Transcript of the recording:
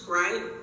right